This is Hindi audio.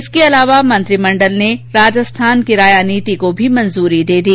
इसके अलावा मंत्रमंडल ने राजस्थान किराया नीति को भी मंजूरी दे दी